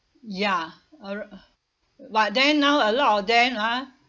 ya uh but then now a lot of them ah